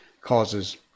causes